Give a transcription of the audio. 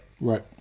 Right